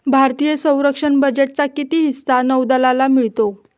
भारतीय संरक्षण बजेटचा किती हिस्सा नौदलाला मिळतो?